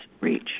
reach